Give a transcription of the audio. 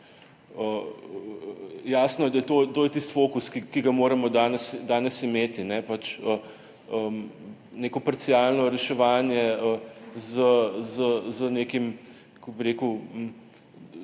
jasno je, da je to tisti fokus, ki ga moramo danes imeti. Neko parcialno reševanje, kako bi rekel,